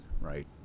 right